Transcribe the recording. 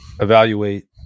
evaluate